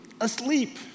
asleep